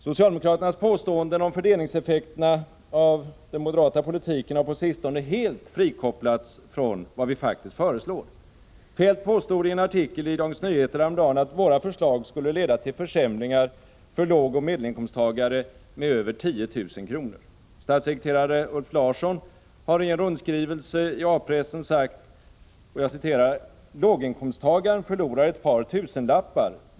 Socialdemokraternas påståenden om fördelningseffekterna av den moderata politiken har på sistone helt frikopplats från vad vi faktiskt föreslår. Kjell-Olof Feldt påstod i en artikel i Dagens Nyheter häromdagen att våra förslag skulle leda till försämringar med över 10 000 kr. för lågoch medelinkomsttagare. Statssekreterare Ulf Larsson har i en rundskrivelse i A-pressen sagt: ”Låginkomsttagaren förlorar ett par tusenlappar.